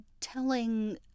telling